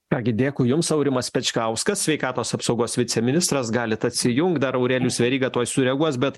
ką gi dėkui jums aurimas pečkauskas sveikatos apsaugos viceministras galit atsijungt dar aurelijus veryga tuoj sureaguos bet